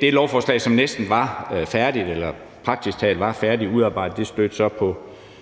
det lovforslag, som næsten var færdigt eller praktisk talt var færdigudarbejdet, så stødte på